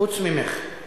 חוץ ממך.